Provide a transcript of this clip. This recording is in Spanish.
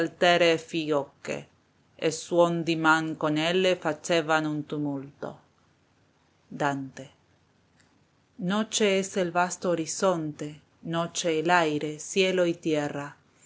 di man con elle facevan un tumulto dante noche es el vasto horizonte noche el aire cielo y tierra